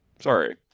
sorry